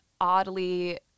oddly